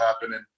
happening